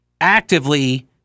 actively